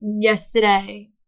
yesterday